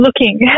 looking